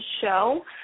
Show